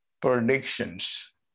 predictions